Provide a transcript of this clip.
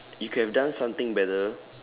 you could have done something better